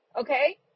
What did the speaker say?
okay